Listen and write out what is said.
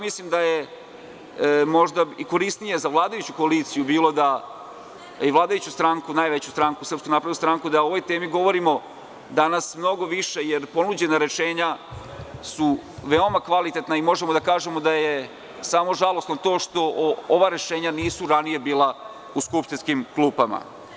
Mislim da je možda korisnije za vladajuću koaliciju bilo da, vladajuću stranku, najveću stranku, SNS, o ovoj temi govorimo danas mnogo više, jer ponuđena rešenja su veoma kvalitetna i možemo da kažemo da je samo žalosno to što ova rešenja nisu ranije bila u skupštinskim klupama.